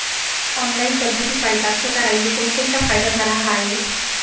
Online पद्धतीपायी कास्तकाराइले कोनकोनचा फायदा झाला हाये?